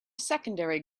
secondary